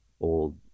old